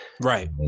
Right